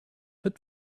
but